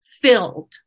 filled